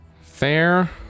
Fair